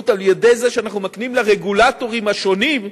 על-ידי זה שאנחנו מקנים לרגולטורים השונים,